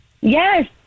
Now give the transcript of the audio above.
Yes